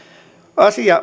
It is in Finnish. asia